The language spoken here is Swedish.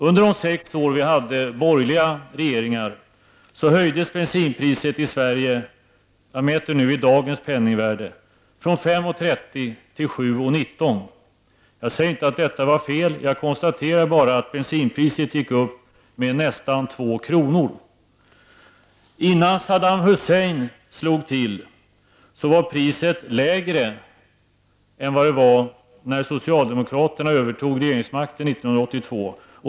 Under de sex år som vi hade borgerliga regeringar höjdes bensinpriset i Sverige -- i dagens penningvärde -- från 5:30 till 7:19. Jag säger inte att detta var fel, utan jag konstaterar bara att bensinpriset gick upp med nästan 2 kronor. Innan Saddam Hussein slog till var priset på bensin lägre än det var då socialdemokraterna övertog regeringsmakten 1982.